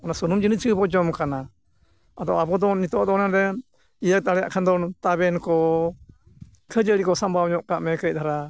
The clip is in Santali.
ᱚᱱᱟ ᱥᱩᱱᱩᱢ ᱡᱤᱱᱤᱥ ᱜᱮᱵᱚᱱ ᱡᱚᱢ ᱠᱟᱱᱟ ᱟᱫᱚ ᱟᱵᱚ ᱫᱚ ᱱᱤᱛᱳᱜ ᱫᱚ ᱚᱱᱟᱨᱮ ᱤᱭᱟᱹ ᱫᱟᱲᱮᱭᱟᱜ ᱠᱷᱟᱱ ᱫᱚ ᱛᱟᱵᱮᱱ ᱠᱚ ᱠᱷᱟᱹᱡᱟᱹᱲᱤ ᱠᱚ ᱥᱟᱵᱟᱣ ᱧᱚᱜ ᱠᱟᱜ ᱢᱮ ᱠᱟᱹᱡ ᱫᱷᱟᱨᱟ